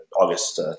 August